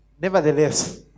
Nevertheless